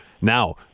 Now